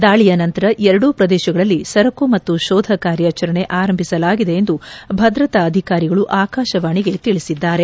ದಾಳಿಯ ನಂತರ ಎರಡೂ ಪ್ರದೇಶಗಳಲ್ಲಿ ಶೋಧ ಕಾರ್ಯಾಚರಣೆ ಆರಂಭಿಸಲಾಗಿದೆ ಎಂದು ಭದ್ರತಾ ಅಧಿಕಾರಿಗಳು ಆಕಾಶವಾಣಿಗೆ ತಿಳಿಸಿದ್ದಾರೆ